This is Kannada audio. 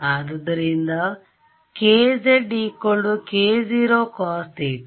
ಆದ್ದರಿಂದ kz k0 cos θ